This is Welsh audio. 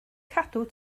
cadw